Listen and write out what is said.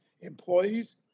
employees